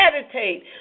meditate